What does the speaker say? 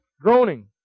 groaning